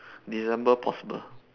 december possible